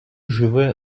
живе